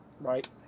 right